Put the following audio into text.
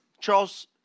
Charles